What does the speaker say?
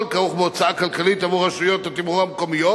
כרוך בהוצאה כלכלית עבור רשות התמרור המקומיות,